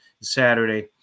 Saturday